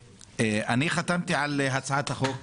חתמתי על הצעת החוק